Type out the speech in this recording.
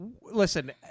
listen